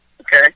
Okay